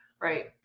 Right